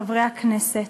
חברי הכנסת,